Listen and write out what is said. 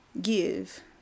give